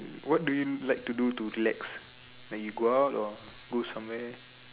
what do you like to do to relax like you go out or go somewhere